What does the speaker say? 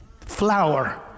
flower